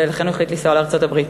ולכן הוא החליט לנסוע לארצות-הברית.